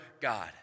God